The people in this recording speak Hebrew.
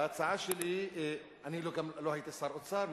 ההצעה שלי אני גם לא הייתי שר האוצר,